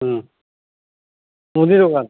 হুম মুদি দোকান